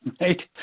Right